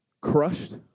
crushed